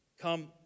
Come